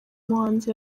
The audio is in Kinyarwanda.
muhanzi